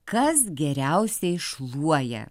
kas geriausiai šluoja